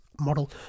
model